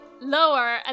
lower